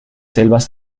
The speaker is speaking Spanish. selvas